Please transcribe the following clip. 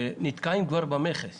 שנתקעים במכס